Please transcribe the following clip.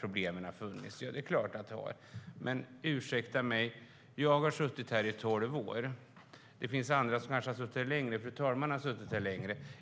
problemen fanns. Ja, det är klart att det var, men ursäkta mig - jag har suttit här i tolv år. Det finns andra här som har suttit längre, som fru talmannen.